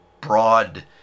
broad